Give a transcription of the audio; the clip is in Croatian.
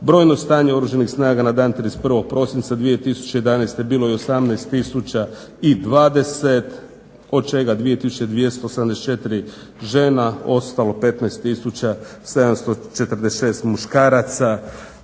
Brojno stanje Oružanih snaga na dan 31. prosinca 2011. bilo je 18 tisuća i 20 od čega 2 tisuće 274 žena, ostalo 15 tisuća 746 muškaraca"